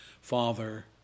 Father